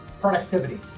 productivity